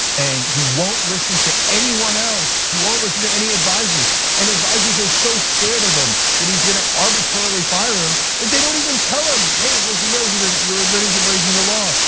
and he won't listen to anyone else. he won't listen to any advisors. and advisors are so scared of him that he's going to arbitrarily fire them that they don't even tell him, hey, mr. president, you're admitting you're breaking the law.